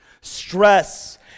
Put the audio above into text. stress